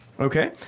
Okay